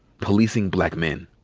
policing black men.